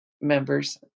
members